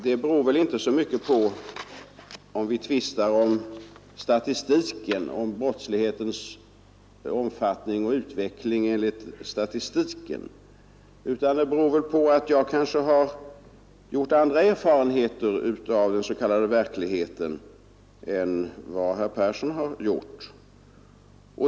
Det beror väl inte så mycket på det vi tvistar om, brottslighetens omfattning och utveckling enligt statistiken, utan det beror på att jag kanske har gjort andra erfarenheter av den s.k. verkligheten än vad herr Persson gjort.